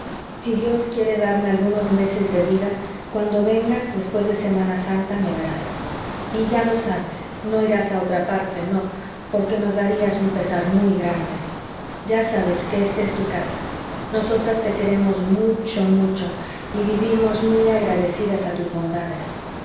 si dios quiere darme algunos meses de vida cuando vengas después de semana santa me verás y ya lo sabes no irás a otra parte no porque nos darías un pesar muy grande ya sabes que esta es tu casa nosotras te queremos mucho mucho y vivimos muy agradecidas a tus bondades